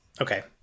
Okay